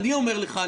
אני אומר לך,